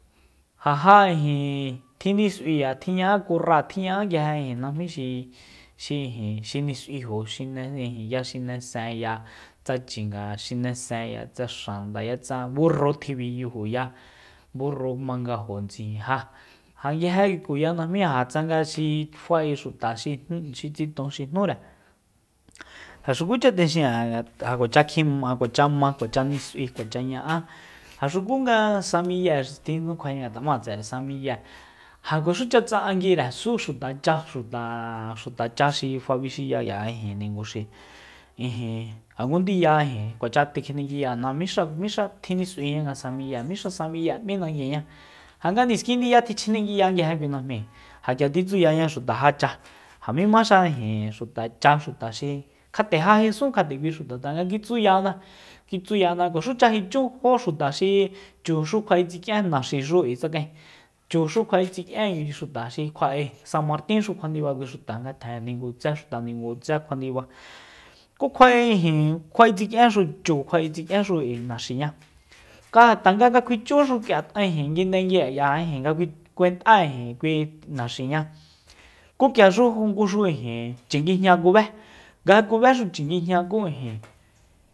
Ja ja ijin tjinis'ui k'ia tjiña'a kurra tjiña'á nguije ijin najmí xi- xi ijin xi nis'uijo xine ya xinesenya tsa chinga xinesenya tsa xandaya tsa burru tjibiyujuya burru mangajo ntsijin ja ja nguije tkuya najmí tsanga xi fa'e xuta xi tsiton xi jñúre ja xukucha texin'a ngat ja kuacha kjima ja kuacha ma kuacha nis'ui kuacha ña'á ja xuku sa miye xi tjinukjuaña tse'e sa miye ja kuaxucha tsa'anguire tsu xuta cha xuta cha xi fabixiya k'ia ninguxi ijin ja ngu ndiya ijin kuacha tekjenenguiyana mixa- mixa tjinis'uiña nga sa miye mixa sa miye m'í nanguiña ja nga niskindiña kjia tichjenenguiya nguije kui najmi ja k'ia titsuyana xuta ja cha ja mí ma xa ijin xuta cha xuta xi kjat'e ja jesun kjt'e kui xuta tanga kitsuyana- kitsuyana kuaxucha jichú jó xuta xi chuxu kjuae tskian naxixu k'ui tsakaen chuxu kjua'e tsik'ien k'ui xuta xi kjua'e sa martinxu kjuandiba kui xuta ngatjen ningutse xuta ningutse kjua ndiba ku kjua'e ijin kjua'em tsik'ienxu chu kjua'e tsi'kienxu k'ui naxiña kaa katanga nga kjuichúxu k'ia ijin nguindengui'e k'ia nga kuent'a ijin kui naxiña ku k'iaxu nguxu ijin chinguijña kubé nga ja kubexu chinguijña ku ijin